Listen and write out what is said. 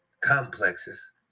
complexes